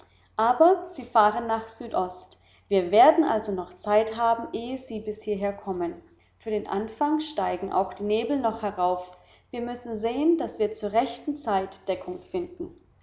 aber sie fahren nach südost wir werden also noch zeit haben ehe sie bis hierher kommen für den anfang steigen auch die nebel noch herauf wir müssen sehen daß wir zur rechten zeit deckung finden